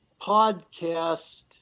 podcast